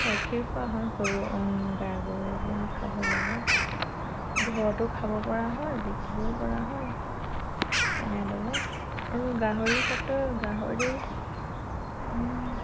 গাখীৰ পোৱা হয় গৰু গাই গৰুৰপৰা খাব লাগে ঘৰতো খাবপৰা হয় বিকিবওপৰা হয় তেনেদৰে আৰু গাহৰিৰ ক্ষেত্ৰত গাহৰিও